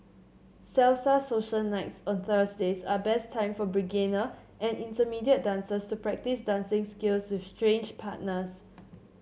salsa social nights on Thursdays are best time for beginner and intermediate dancers to practice dancing skills with strange partners